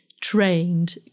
trained